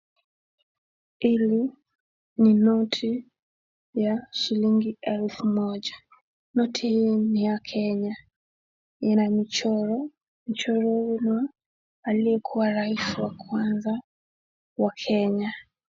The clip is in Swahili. Hili ni noti ya shilingi elfu moja. Noti hii ni ya Kenya. Ina mchoro, mchoro huu ni wa aliyekuwa rais wa kwanza wa Kenya.